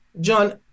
John